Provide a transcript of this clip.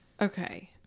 Okay